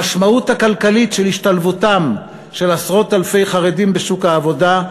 המשמעות הכלכלית של השתלבותם של עשרות אלפי חרדים בשוק העבודה,